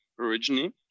originally